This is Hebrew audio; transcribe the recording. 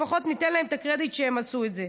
לפחות ניתן להם קרדיט שהם עשו את זה.